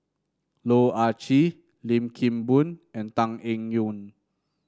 Loh Ah Chee Lim Kim Boon and Tan Eng Yoon